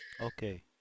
Okay